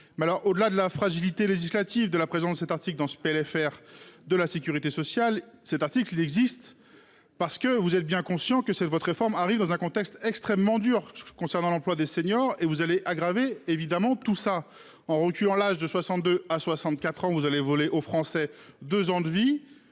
Mais alors au-delà de la fragilité législative de la présence de cet article dans ce PLFR de la sécurité sociale cet article il existe. Parce que vous êtes bien conscient que c'est de votre réforme arrive dans un contexte extrêmement dur. Concernant l'emploi des seniors et vous allez agraver évidemment tout ça en reculant l'âge de 62 à 64 ans vous allez voler aux Français. 2 ans de vie